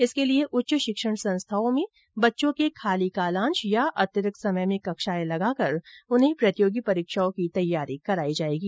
इसके लिए उच्च शिक्षण संस्थाओं में बच्चों के खाली कालांश या अतिरिक्त समय में कक्षाएं लगाकार उन्हें प्रतियोगी परीक्षाओं की तैयारी करायी जाएगी